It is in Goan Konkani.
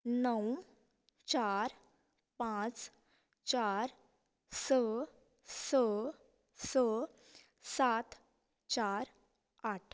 णव चार पाच चार स स स सात चार आठ